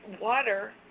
water